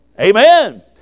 Amen